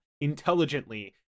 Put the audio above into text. intelligently